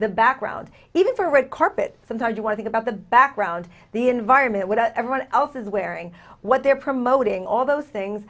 the background even for red carpet some tell you one thing about the background the environment what everyone else is wearing what they're promoting all those things